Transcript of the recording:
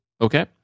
Okay